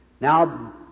Now